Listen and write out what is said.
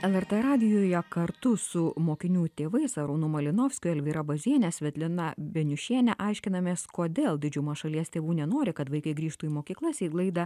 lrt radijuje kartu su mokinių tėvais arūnu malinovskiu elvyra baziene svetlana beniušiene aiškinamės kodėl didžiuma šalies tėvų nenori kad vaikai grįžtų į mokyklas į laidą